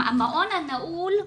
המעון הנעול,